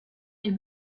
est